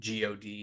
god